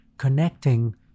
connecting